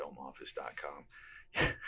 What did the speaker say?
filmoffice.com